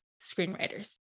screenwriters